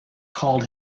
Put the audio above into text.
called